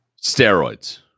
Steroids